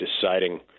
deciding